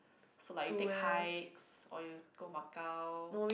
so like you take hikes or you go Macau